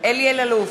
אלי אלאלוף,